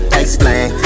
explain